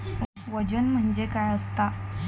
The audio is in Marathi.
वजन म्हणजे काय असता?